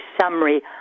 summary